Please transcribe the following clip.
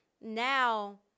now